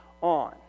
on